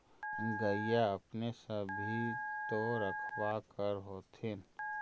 गईया अपने सब भी तो रखबा कर होत्थिन?